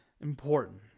important